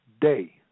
day